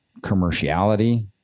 commerciality